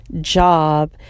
job